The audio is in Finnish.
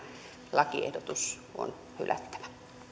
lakiehdotus on hylättävä